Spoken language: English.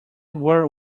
were